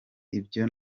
ibyo